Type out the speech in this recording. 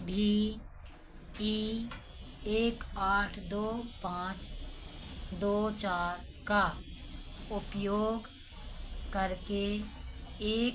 भी जी एक आठ दो पाँच दो चार का उपयोग करके एक